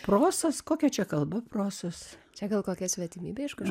protas kokia čia kalba protas čia gal kokia svetimybė iškart